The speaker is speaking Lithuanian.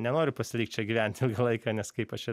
nenoriu pasilikt čia gyvent ilgą laiką nes kaip aš čia